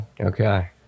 Okay